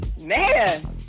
Man